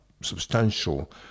substantial